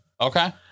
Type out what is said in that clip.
Okay